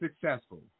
successful